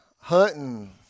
Hunting